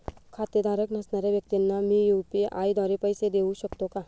खातेधारक नसणाऱ्या व्यक्तींना मी यू.पी.आय द्वारे पैसे देऊ शकतो का?